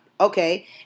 okay